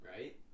Right